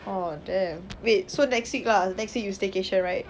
!aww! damn wait so next week lah next week you staycation right